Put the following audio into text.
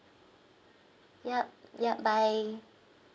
yup yup bye